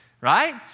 right